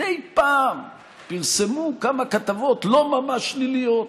מדי פעם פרסמו כמה כתבות לא ממש שליליות,